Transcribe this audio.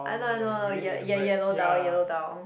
I know I know I know ye~ yellow dhal yellow dhal